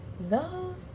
Love